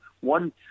one